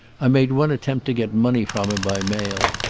i made one attempt to get money from him by mail,